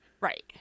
Right